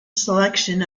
selection